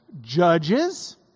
Judges